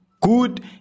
good